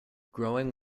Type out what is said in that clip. growing